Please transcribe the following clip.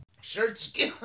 shirts